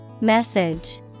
Message